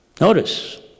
Notice